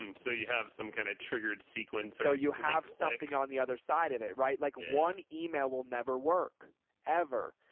um so you have some kind of triggered sequence or so you something on the other side of it, right? like one email will never work ever.